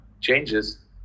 changes